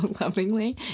lovingly